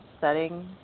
setting